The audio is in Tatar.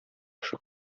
кеше